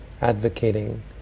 advocating